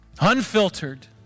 Unfiltered